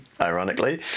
ironically